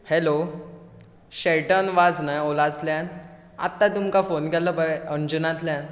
hello Shelton वाज न्हय ओलांतल्यान आत्ता तुमकां फोन केल्लो पळय हणजूणांतल्यान